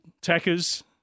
tackers